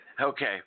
Okay